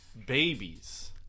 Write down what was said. Babies